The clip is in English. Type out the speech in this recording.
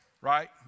Right